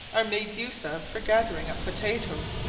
are made use of for gathering up potatoes,